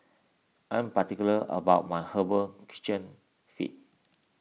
I'm particular about my Herbal Kitchen Feet